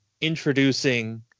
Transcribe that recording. introducing